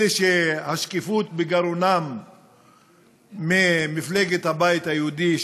אלה שהשקיפות בגרונם ממפלגת הבית היהודי,